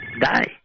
die